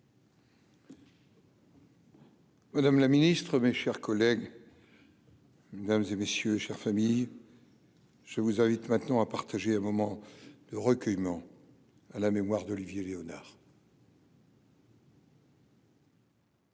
Madame la Ministre, mes chers collègues. Mesdames et messieurs, chers famille. Je vous invite maintenant à partager un moment de recueillement à la mémoire d'Olivier Léonard.